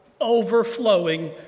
Overflowing